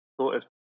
sorted